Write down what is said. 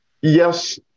yes